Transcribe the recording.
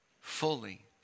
fully